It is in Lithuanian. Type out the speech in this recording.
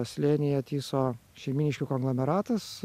slėnyje tyso šeimyniškių konglomeratas